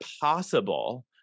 possible